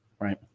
Right